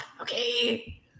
Okay